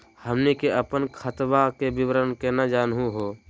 हमनी के अपन खतवा के विवरण केना जानहु हो?